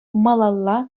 малалла